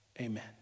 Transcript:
Amen